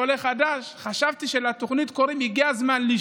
באזור, ואז תושבינו היו מקבלים סיוע מקצועי והוגן.